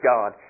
God